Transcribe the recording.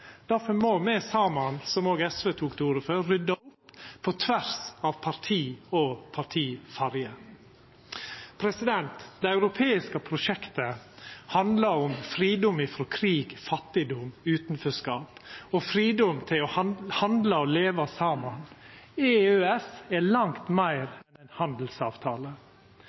må me saman, som òg SV tok til orde for, rydda opp på tvers av parti og partifarge. Det europeiske prosjektet handlar om fridom frå krig, fattigdom og utanforskap og fridom til å handla og leva saman. EØS er langt meir enn ein handelsavtale.